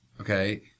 okay